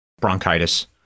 bronchitis